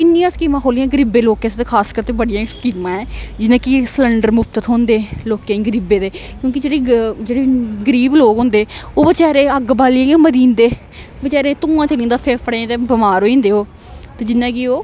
इन्नियां स्कीमां खोह्ललियां गरीबें लोकें खास कर ते बड़ियां स्कीमां ऐ जियां कि सिलंडर मुफ्त थ्होंदे लोकें गी गरीबें दे क्योंकि जेह्ड़े जेह्ड़े गरीब लोक होंदे ओह् बेचैारे अग्ग बालियै गै मरी जंदे बेचाररे धुआं चली जंदा फेफड़ें दे बमार होई जंदे ओह् ते जिियां कि ओह्